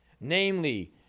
namely